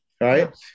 right